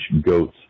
goats